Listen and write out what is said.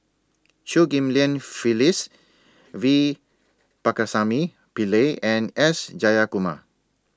Chew Ghim Lian Phyllis V Pakirisamy Pillai and S Jayakumar